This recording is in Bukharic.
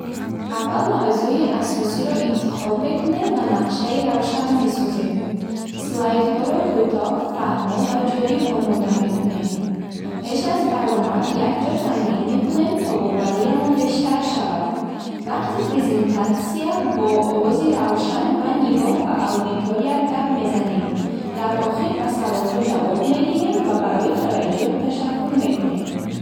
Аввал мавзӯи асосиро интихоб мекунем ва нақшаи равшан месозем. Слайдҳоро кӯтоҳ, фаҳмо ва ҷолиб омода мекунем. Пеш аз баромад якҷо тамрин мекунем, то бовариамон бештар шавад. Вақти презентатсия бо овози равшан ва нигоҳ ба аудитория гап мезанем. Дар охир ба саволҳо ҷавоб медиҳем ва барои таваҷҷӯҳ ташаккур мекунем.